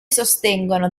sostengono